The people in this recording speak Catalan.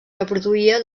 reproduïa